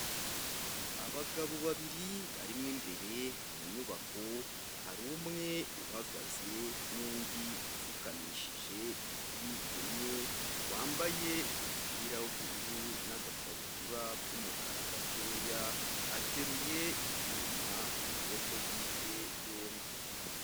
Abagabo babiri bari mo imbere mu nyubako, hari umwe uhagaze n'undi upfukamishije ivi rimwe wambaye umupira w'ubururu n'agakabutura k'umukara gatoya, ateruye ibyuma mu maboko yiwe yombi.